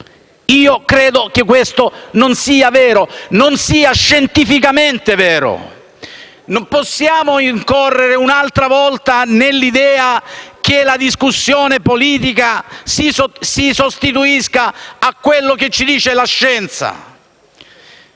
Credo che questo non sia vero, non sia scientificamente vero. Non possiamo incorrere ancora una volta nell'idea che la discussione politica si sostituisca a quanto sostiene la scienza.